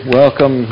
welcome